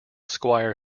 squire